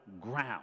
ground